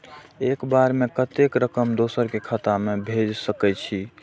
एक बार में कतेक रकम दोसर के खाता में भेज सकेछी?